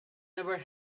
never